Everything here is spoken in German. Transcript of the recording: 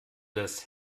des